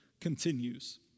continues